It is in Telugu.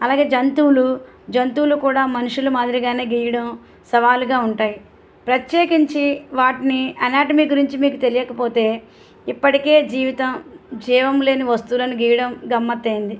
అలాగే జంతువులు జంతువులు కూడా మనుషులు మాదిరిగానే గీయడం సవాలుగా ఉంటాయి ప్రత్యేకించి వాటిని అనాటమీ గురించి మీకు తెలియకపోతే ఇప్పటికే జీవితం జీవం లేని వస్తువులను గీయడం గమ్మత్తు అయింది